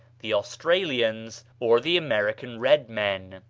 the australians, or the american red men.